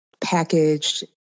packaged